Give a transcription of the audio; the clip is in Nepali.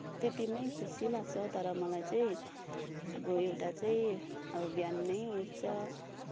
त्यतिमै खुसी लाग्छ तर मलाई चाहिँ अब एउटा चाहिँ अब बिहानै उठ्छ